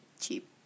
cheap